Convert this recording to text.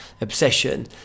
obsession